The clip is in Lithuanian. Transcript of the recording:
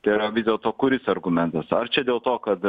tai yra vis dėlto kuris argumentas ar čia dėl to kad